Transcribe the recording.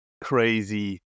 crazy